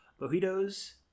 Mojitos